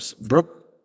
Brooke